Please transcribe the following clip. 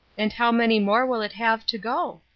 and how many more will it have to go?